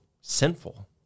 sinful